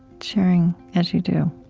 sharing as you do